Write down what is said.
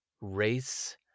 race